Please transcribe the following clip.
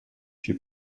she